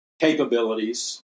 capabilities